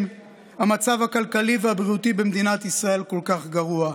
המצב הכלכלי והבריאותי במדינת ישראל כל כך גרוע,